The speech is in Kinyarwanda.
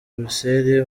buruseli